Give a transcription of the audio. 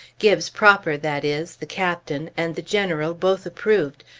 gibbes proper, that is, the captain, and the general both approved,